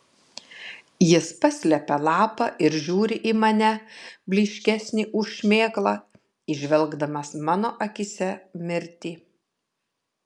jis paslepia lapą ir žiūri į mane blyškesnį už šmėklą įžvelgdamas mano akyse mirtį